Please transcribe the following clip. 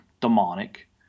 demonic